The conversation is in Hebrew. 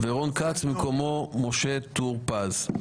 ורון כץ במקומו משה טור פז.